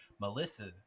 Melissa